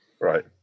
Right